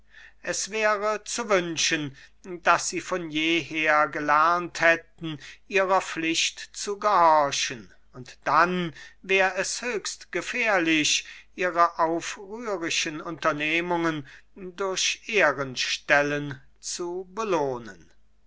es wäre zu wünschen daß sie von jeher gelernt hätten ihrer pflicht zu gehorchen und dann wär es höchst gefährlich ihre aufrührischen unternehmungen durch ehrenstellen zu belohnen